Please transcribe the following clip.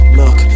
look